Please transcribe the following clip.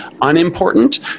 unimportant